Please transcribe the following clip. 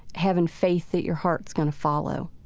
having faith that your heart's going to follow.